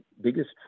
biggest